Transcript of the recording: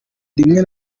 rimwe